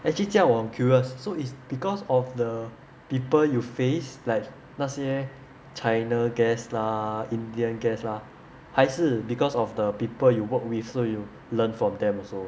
actually 这样我很 curious so it's because of the people you face like 那些 china guests lah indian guests lah 还是 because of the people you work with so you learn from them also